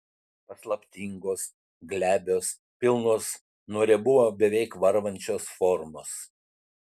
paslaptingos glebios pilnos nuo riebumo beveik varvančios formos